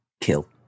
Kill